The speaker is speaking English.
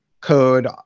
code